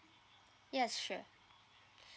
yes sure